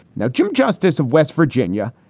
now, jim justice of west virginia,